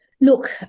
Look